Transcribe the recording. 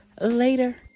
later